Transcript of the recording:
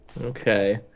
okay